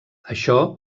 això